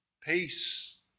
peace